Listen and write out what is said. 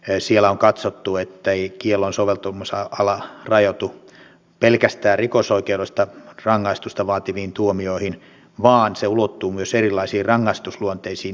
siellä on katsottu ettei kiellon soveltamisala rajoitu pelkästään rikosoikeudellista rangaistusta vaativiin tuomioihin vaan se ulottuu myös erilaisiin rangaistusluonteisiin hallinnollisiin seuraamuksiin